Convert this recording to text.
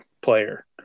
player